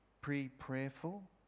pre-prayerful